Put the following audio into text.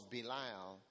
Belial